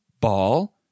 ball